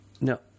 No